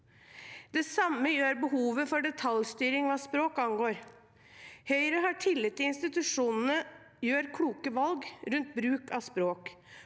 Det samme gjør behovet for detaljstyring hva språk angår. Høyre har tillit til at institusjonene gjør kloke valg rundt bruk av språk,